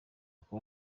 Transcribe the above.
kuba